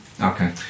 okay